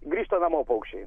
grįžta namo paukščiai